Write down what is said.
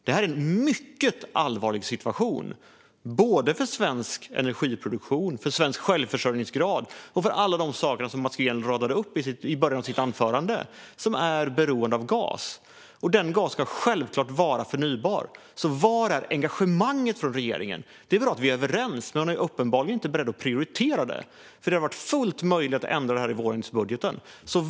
Detta är en mycket allvarlig situation för svensk energiproduktion, för svensk självförsörjningsgrad och för alla de saker som Mats Green radade upp i början av sitt anförande och som är beroende av gas. Den gasen ska självklart vara förnybar. Var är engagemanget från regeringen? Det är bra att vi är överens. Men ni är uppenbarligen inte beredda att prioritera det här, för det hade varit fullt möjligt att ändra detta i vårändringsbudgeten.